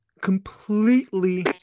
completely